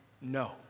no